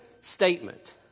statement